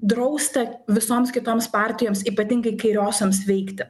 drausta visoms kitoms partijoms ypatingai kairiosioms veikti